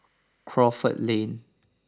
Crawford Lane